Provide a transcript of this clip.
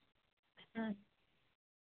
ᱦᱮᱸ